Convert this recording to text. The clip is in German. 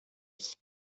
ich